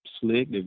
slick